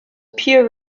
peer